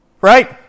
Right